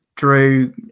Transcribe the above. Drew